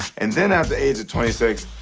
and then after the age of twenty six,